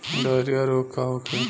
Diarrhoea रोग का होखे?